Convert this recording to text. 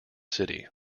city